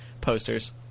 posters